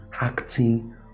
acting